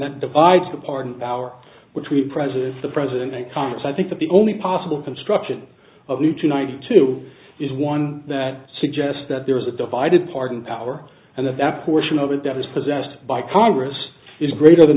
that divides the pardon power which we president the president and congress i think that the only possible construction of the two ninety two is one that suggests that there is a divided pardon power and that that portion of it that is possessed by congress is greater than